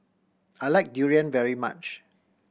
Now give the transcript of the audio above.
I like durian very much